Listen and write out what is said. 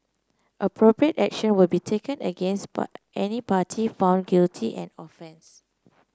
appropriate action will be taken against any party found guilty and offence